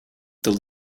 the